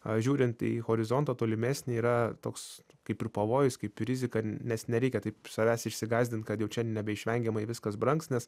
a žiūrint į horizontą tolimesnį yra toks kaip ir pavojus kaip rizika nes nereikia taip savęs išsigąsdint kad jau nebeišvengiamai viskas brangs nes